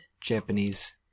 Japanese